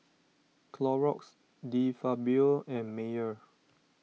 Clorox De Fabio and Mayer